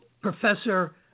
Professor